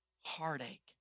heartache